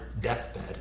deathbed